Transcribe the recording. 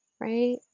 right